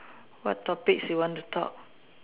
what topics you want to talk